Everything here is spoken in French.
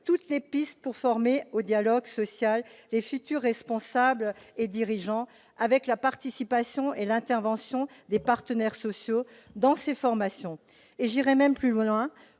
toutes les pistes de nature à former au dialogue social les futurs responsables et dirigeants, avec la participation et l'intervention des partenaires sociaux dans ces formations. J'irai même plus loin